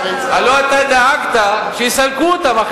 הלוא אתה דאגת שיסלקו אותם.